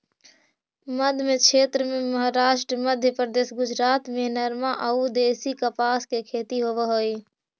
मध्मक्षेत्र में महाराष्ट्र, मध्यप्रदेश, गुजरात में नरमा अउ देशी कपास के खेती होवऽ हई